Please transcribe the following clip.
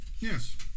Yes